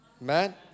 man